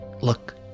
look